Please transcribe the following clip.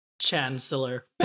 chancellor